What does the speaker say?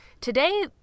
today